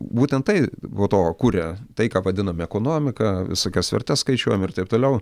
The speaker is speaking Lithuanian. būtent tai po to kuria tai ką vadinam ekonomika visokias vertes skaičiuojam ir taip toliau